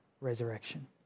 resurrection